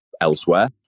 elsewhere